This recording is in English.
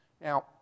Now